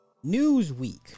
Newsweek